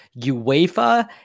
UEFA